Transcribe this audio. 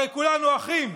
הרי כולנו אחים.